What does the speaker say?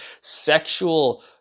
sexual